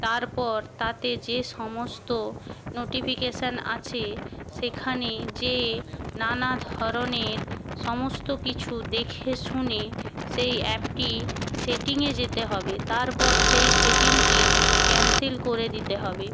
তারপর তাতে যে সমস্ত নোটিফিকেশন আছে সেখানে যেয়ে নানা ধরনের সমস্ত কিছু দেখে শুনে সেই অ্যাপটি সেটিংয়ে যেতে হবে তারপর সেই সেটিংটি ক্যান্সেল করে দিতে হবে